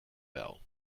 bijl